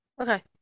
Okay